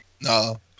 No